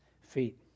feet